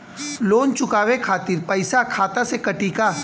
Loan चुकावे खातिर पईसा खाता से कटी का?